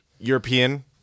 European